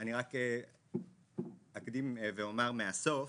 אני רק אקדים ואומר מהסוף,